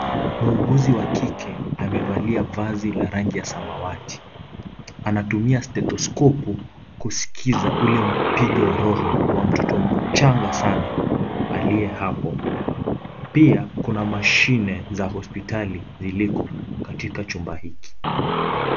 Muuguzi wa kike amevalia vazi la rangi ya samawati. Anatumia stelthoskopu kuskiza ule mpigo wa roho wa mtoto mchanga sana aliye hapo. Pia kuna mashine za hospitali ziliko katika chumba hiki.